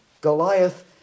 Goliath